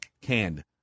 canned